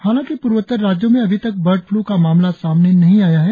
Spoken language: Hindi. हालांकि पूर्वोत्तर राज्यों में अभी तक बर्ड फ्लू का मामला सामने नहीं आया है